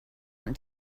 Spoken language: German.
und